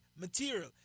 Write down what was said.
material